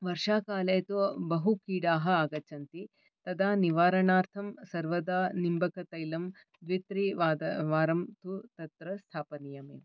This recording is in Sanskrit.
वर्षाकाले तु बहुकीटाः आगच्छन्ति तदा निवारणार्थम् सर्वदा निम्बकतैलं द्वित्रिवादं वारं तु तत्र स्थापनीयमेव